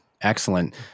excellent